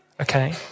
Okay